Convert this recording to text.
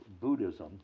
Buddhism